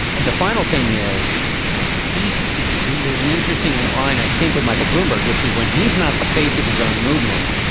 and the final thing is he there's an interesting line, i think, with michael bloomberg, which is when he's not the face of his own movement,